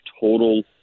total